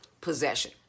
possession